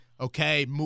okay